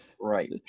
Right